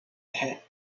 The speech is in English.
head